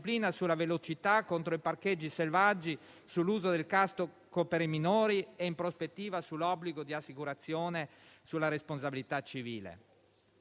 sulla velocità, contro i parcheggi selvaggi, sull'uso del casco per i minori e, in prospettiva, sull'obbligo di assicurazione per la responsabilità civile.